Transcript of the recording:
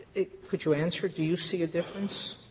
could you answer, do you see a difference?